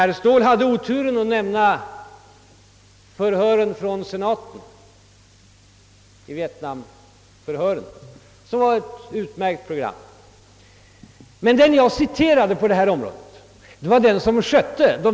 Herr Ståhl hade oturen att som exempel på goda program nämna senatförhören beträftande Vietnam-politiken. Det var ett utmärkt program. Men den som jag citerade i mitt förra anförande var producenten av detta program.